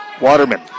Waterman